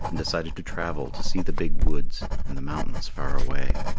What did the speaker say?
and decided to travel, to see the big woods, and the mountains far away.